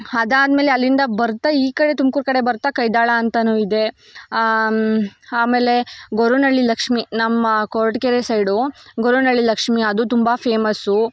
ಅದಾದ್ಮೇಲೆ ಅಲ್ಲಿಂದ ಬರ್ತಾ ಈ ಕಡೆ ತುಮ್ಕೂರು ಕಡೆ ಬರ್ತಾ ಕೈದಾಳ ಅಂತಲೂ ಇದೆ ಆಮೇಲೆ ಗೊರವನಳ್ಳಿ ಲಕ್ಷ್ಮೀ ನಮ್ಮ ಕೊರಟಗೆರೆ ಸೈಡು ಗೊರವನಳ್ಳಿ ಲಕ್ಷ್ಮೀ ಅದು ತುಂಬ ಫೇಮಸ್ಸು